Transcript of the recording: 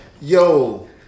Yo